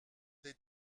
des